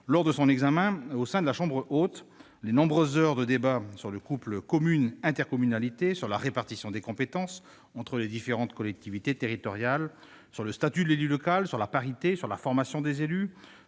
lors de son examen par la chambre haute. Les nombreuses heures de débats sur le couple commune-intercommunalité, sur la répartition des compétences entre les différentes collectivités territoriales, sur le statut de l'élu local, sur la parité, sur la formation des élus,